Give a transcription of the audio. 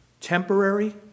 temporary